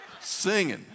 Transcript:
singing